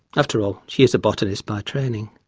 after all she is a botanist by training.